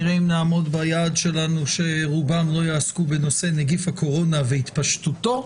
נראה אם נעמוד ביעד שלנו שרובם לא יעסקו בנושא נגיף הקורונה והתפשטותו,